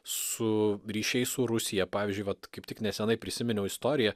su ryšiais su rusija pavyzdžiui vat kaip tik nesenai prisiminiau istoriją